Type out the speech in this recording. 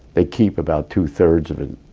they keep about two-thirds of it,